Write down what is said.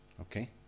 Okay